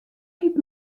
giet